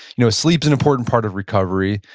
you know sleep's an important part of recovery.